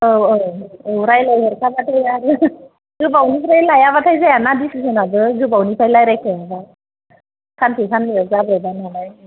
औ औ औ रायलायहरखा बाथाय आरो गोबावनिफ्राय लाया बाथाय जायाना दिसिस'नाबो गोबावनिफ्राय रायलायखायाबा सानसे साननै जों जाब्र'बा नालाय